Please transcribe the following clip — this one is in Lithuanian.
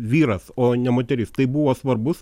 vyras o ne moteris tai buvo svarbus